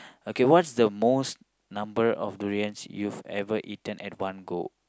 okay what's the most number of durians you've ever eaten at one go